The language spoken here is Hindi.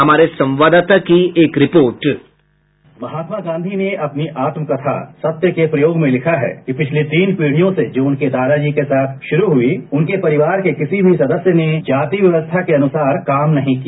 हमारे संवाददाता की एक report sound bite Mahatma Gandhi ने अपनी आत्मकथा सत्य के प्रयोग में लिखा है कि पिछले तीन पीढ़ियों से जो उनके दादाजी के साथ शुरू हुई उनके परिवार के किसी भी सदस्य ने जाति व्यवस्था के अनुसार काम नहीं किया